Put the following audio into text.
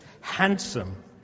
handsome